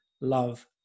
love